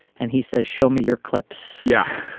and he says show me your clips. yeah.